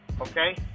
Okay